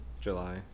july